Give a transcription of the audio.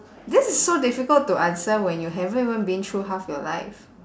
this is so difficult to answer when you haven't even been through half your life